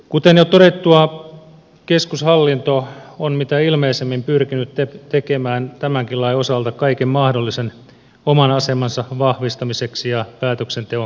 kuten jo todettua keskushallinto on mitä ilmeisimmin pyrkinyt tekemään tämänkin lain osalta kaiken mahdollisen oman asemansa vahvistamiseksi ja päätöksenteon keskittämiseksi